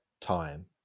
time